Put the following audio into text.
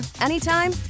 anytime